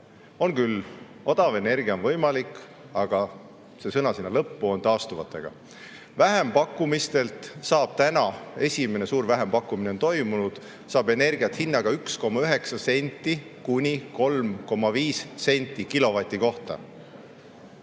On küll odav energia võimalik, aga see sõna sinna [juurde] on "taastuv".Vähempakkumistelt saab täna – esimene suur vähempakkumine on toimunud – energiat hinnaga 1,9 senti kuni 3,5 senti kilovati kohta.